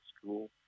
school